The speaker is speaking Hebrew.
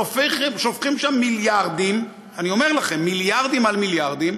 שופכים שם מיליארדים על מיליארדים,